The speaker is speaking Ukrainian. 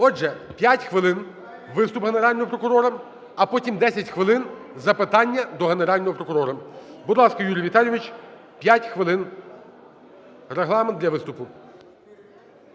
Отже, 5 хвилин виступ Генерального прокурора, а потім 10 хвилин запитання до Генерального прокурора. Будь ласка, Юрій Віталійович, 5 хвилин – регламент для виступу.